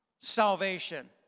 salvation